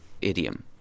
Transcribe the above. idiom